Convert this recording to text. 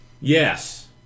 yes